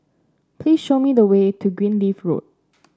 please show me the way to Greenleaf Road